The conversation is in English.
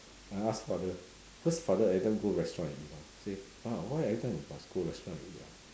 I ask father because father every time go restaurant and eat mah I said pa why every time must go restaurant and eat ah